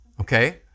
okay